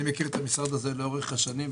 אני מכיר את המשרד הזה לאורך השנים.